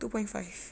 two point five